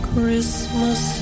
Christmas